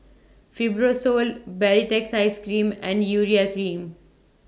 Fibrosol Baritex Cream and Urea Cream